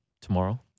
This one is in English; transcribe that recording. tomorrow